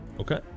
Okay